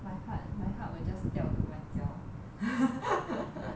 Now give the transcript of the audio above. my heart my heart will just tell to my 脚